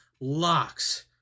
locks